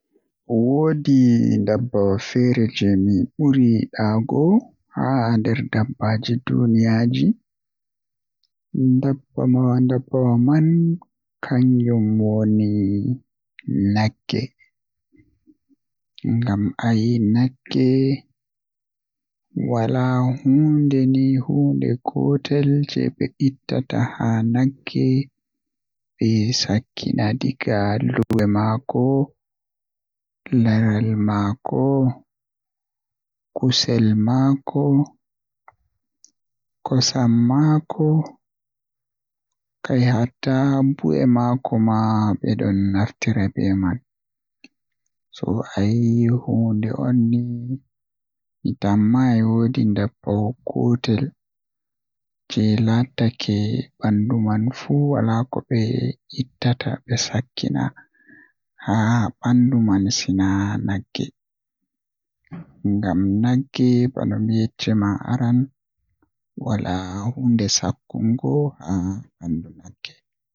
Woodi ndabbawa feere jei mi ɓuri yiɗaago haa nder dabbaji duniyaru kanjum woni nagge. Ngam ayi nagge wala hunde ni gotel jei ɓe ittata haa bandu nagge ɓe sakkina. Diga luwe mako laral maako kusel maako kosam maako kai hatta bu'e maako ma ɓedon naftora be man ayi hunde inni jei mi woodi ndabbawa gotel ni jei wala koɓe ittata ko gotel mi haa bandu man ɓe sakkina sei nagge ngam nagge bano mi yecci am aran wala hunde sakkingo haa nagge.